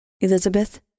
Elizabeth